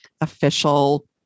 official